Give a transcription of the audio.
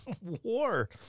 war